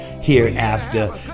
hereafter